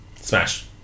Smash